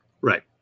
Right